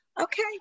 Okay